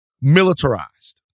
militarized